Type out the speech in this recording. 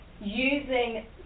using